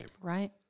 Right